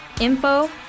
info